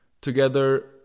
Together